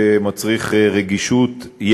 שמצריך יתר רגישות.